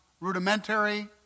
rudimentary